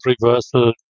reversal